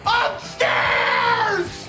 upstairs